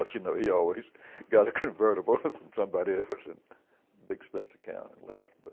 you know, he always got a convertible from somebody else, and the expense account, and left.